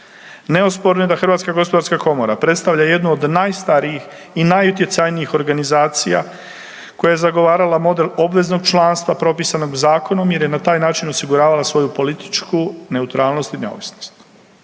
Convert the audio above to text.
Neosporno je da HGK predstavlja jednu od najstarijih i najutjecajnijih organizacija koja je zagovarala model obveznog članstva propisanog zakonom jer je na taj način osiguravala svoju političku neutralnost i neovisnost